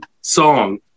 song